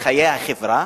לחיי החברה,